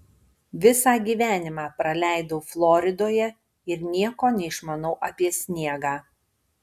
visą gyvenimą praleidau floridoje ir nieko neišmanau apie sniegą